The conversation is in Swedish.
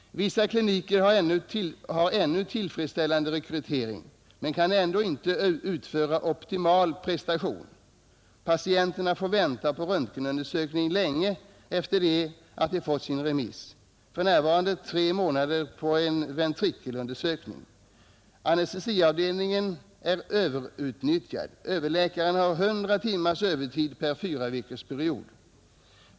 Vissa kliniker har ännu tillfredsställande rekrytering men kan ändå inte utföra optimal prestation. Patienterna får vänta på röntgenundersökning länge efter det att de fått sin remiss, för närvarande tre månader på en ventrikelundersökning. Anestesiavdelningen är överutnyttjad. Överläkaren har 100 timmars ”övertid” per fyraveckorsperiod.